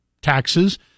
taxes